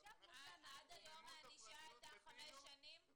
רוממות הפרטיות בפינו, ו